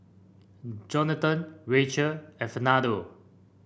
Johnathan Racheal and Fernando